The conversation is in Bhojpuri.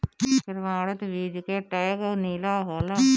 प्रमाणित बीज के टैग नीला होला